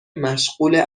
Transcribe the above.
مشغول